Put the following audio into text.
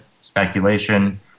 speculation